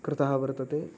कृतः वर्तते